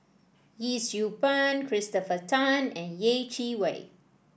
Yee Siew Pun Christopher Tan and Yeh Chi Wei